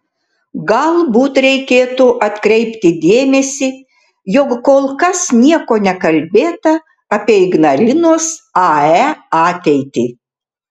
galbūt reikėtų atkreipti dėmesį jog kol kas nieko nekalbėta apie ignalinos ae ateitį